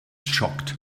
shocked